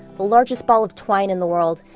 the largest ball of twine in the world,